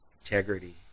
integrity